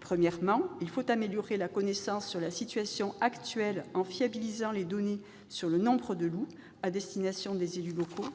Premièrement, il faut améliorer la connaissance de la situation actuelle en fiabilisant les données sur le nombre de loups à destination des élus locaux